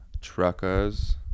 truckers